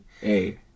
Hey